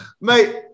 Mate